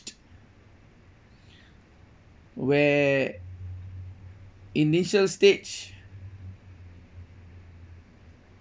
where initial stage